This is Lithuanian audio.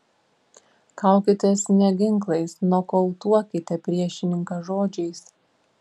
kaukitės ne ginklais nokautuokite priešininką žodžiais